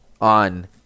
on